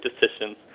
decisions